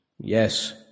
Yes